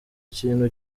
ikintu